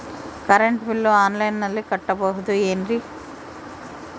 Current bill ಆನ್ಲೈನಿನಲ್ಲಿ ಕಟ್ಟಬಹುದು ಏನ್ರಿ?